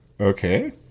Okay